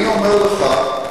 אני אומר לך: